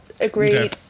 Agreed